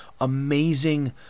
amazing